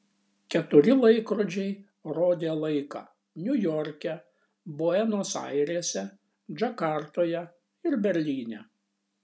keturi laikrodžiai rodė laiką niujorke buenos airėse džakartoje ir berlyne